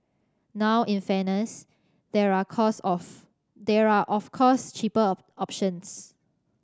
now in fairness there are course of there are of course cheaper options